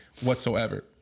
whatsoever